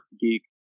geek